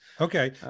okay